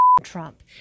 Trump